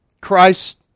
Christ